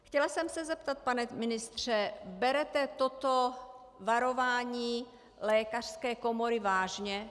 Chtěla jsem se zeptat, pane ministře: Berete toto varování lékařské komory vážně?